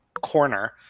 corner